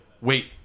Wait